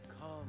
Come